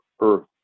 earth